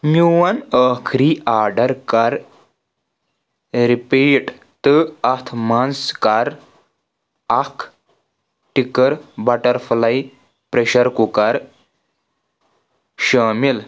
میون أخری آرڈر کر رِپیٖٹ تہٕ اتھ منٛز کر اکھ ٹِکٕر بٹرفلاے پرٛیٚشر کُکر شٲمِل